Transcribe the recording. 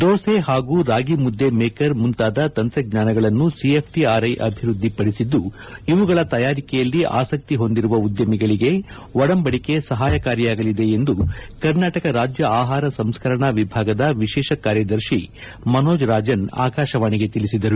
ದೋಸೆ ಹಾಗೂ ರಾಗಿ ಮುದ್ದೆ ಮೇಕರ್ ಮುಂತಾದ ತಂತ್ರಜ್ವಾನಗಳನ್ನು ಸಿಎಫ್ಟಆರ್ಐ ಅಭಿವೃದ್ಧಿಪಡಿಸಿದ್ದು ಇವುಗಳ ತಯಾರಿಕೆಯಲ್ಲಿ ಆಸಕ್ತಿ ಹೊಂದಿರುವ ಉದ್ದಮಿಗಳಿಗೆ ಒಡಂಬಡಿಕೆ ಸಹಾಯಕಾರಿಯಾಗಲಿದೆ ಎಂದು ಕರ್ನಾಟಕ ರಾಜ್ಯ ಆಹಾರ ಸಂಸ್ಕರಣಾ ವಿಭಾಗದ ವಿಶೇಷ ಕಾರ್ಯದರ್ತಿ ಮನೋಜ್ ರಾಜನ್ ಆಕಾಶವಾಣಿಗೆ ತಿಳಿಸಿದರು